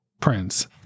Prince